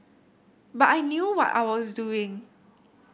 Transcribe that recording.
but I knew what I was doing